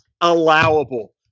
allowable